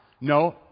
No